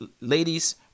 Ladies